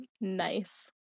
nice